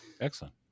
Excellent